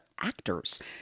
actors